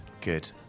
Good